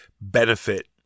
benefit